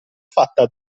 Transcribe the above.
fatta